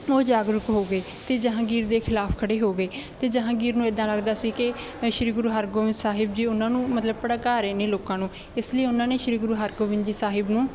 ਉਹ ਜਾਗਰੂਕ ਹੋ ਗਏ ਅਤੇ ਜਹਾਂਗੀਰ ਦੇ ਖਿਲਾਫ ਖੜ੍ਹੇ ਹੋ ਗਏ ਅਤੇ ਜਹਾਂਗੀਰ ਨੂੰ ਇੱਦਾਂ ਲੱਗਦਾ ਸੀ ਕਿ ਸ਼੍ਰੀ ਗੁਰੂ ਹਰਿਗੋਬਿੰਦ ਸਾਹਿਬ ਜੀ ਉਹਨਾਂ ਨੂੰ ਮਤਲਬ ਭੜਕਾ ਰਹੇ ਨੇ ਲੋਕਾਂ ਨੂੰ ਇਸ ਲਈ ਉਹਨਾਂ ਨੇ ਸ਼੍ਰੀ ਗੁਰੂ ਹਰਿਗੋਬਿੰਦ ਜੀ ਸਾਹਿਬ ਨੂੰ